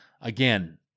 Again